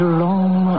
long